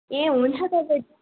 ए हुन्छ तपाईँ